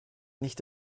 nicht